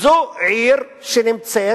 זו עיר שנמצאת